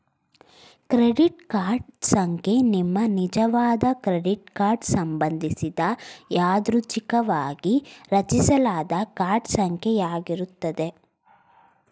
credit card ಸಂಖ್ಯೆ ನಿಮ್ಮನಿಜವಾದ credit card ಸಂಬಂಧಿಸಿದ ಯಾದೃಚ್ಛಿಕವಾಗಿ ರಚಿಸಲಾದ ಕಾರ್ಡ್ ಸಂಖ್ಯೆ ಯಾಗಿರುತ್ತೆ